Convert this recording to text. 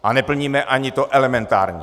A neplníme ani to elementární!